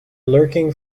lurking